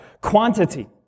quantity